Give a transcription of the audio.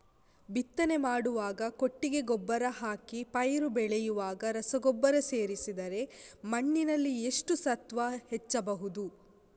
ಬಿತ್ತನೆ ಮಾಡುವಾಗ ಕೊಟ್ಟಿಗೆ ಗೊಬ್ಬರ ಹಾಕಿ ಪೈರು ಬೆಳೆಯುವಾಗ ರಸಗೊಬ್ಬರ ಸೇರಿಸಿದರೆ ಮಣ್ಣಿನಲ್ಲಿ ಎಷ್ಟು ಸತ್ವ ಹೆಚ್ಚಬಹುದು?